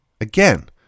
Again